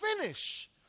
finish